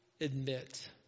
admit